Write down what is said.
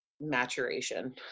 maturation